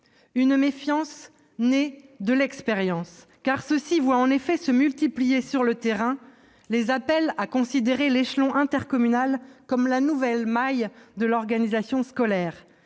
Cette méfiance est née de l'expérience, car ces élus voient en effet se multiplier, sur le terrain, les appels à considérer l'échelon intercommunal comme la nouvelle maille de l'organisation scolaire.